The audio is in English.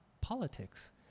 politics